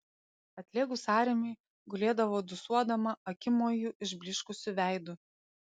atlėgus sąrėmiui gulėdavo dūsuodama akimoju išblyškusiu veidu